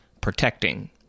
protecting